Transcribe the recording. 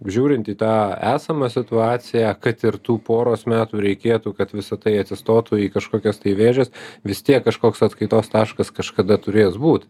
žiūrint į tą esamą situaciją kad ir tų poros metų reikėtų kad visa tai atsistotų į kažkokias tai vėžes vis tiek kažkoks atskaitos taškas kažkada turės būt